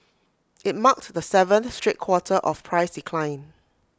IT marked the seventh straight quarter of price decline